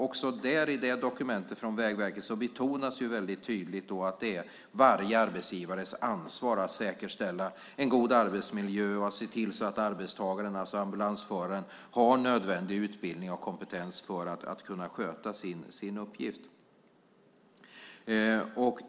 I det dokumentet från Vägverket betonas väldigt tydligt att det är varje arbetsgivares ansvar att säkerställa en god arbetsmiljö och se till att arbetstagaren, alltså ambulansföraren, har nödvändig utbildning och kompetens för att kunna sköta sin uppgift.